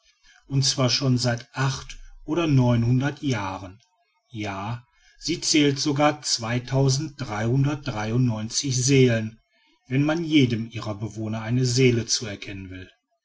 und zwar schon seit acht oder neunhundert jahren ja sie zählt sogar seelen wenn man jedem ihrer bewohner eine seele zuerkennen will